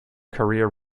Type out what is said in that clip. career